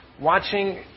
watching